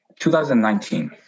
2019